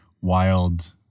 wild